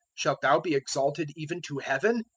shalt thou be exalted even to heaven?